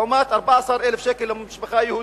לעומת 14,000 שקלים למשפחה יהודית.